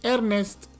Ernest